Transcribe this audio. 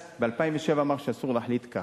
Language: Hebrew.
ב-2007 בג"ץ אמר שאסור להחליט כך.